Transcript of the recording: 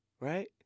right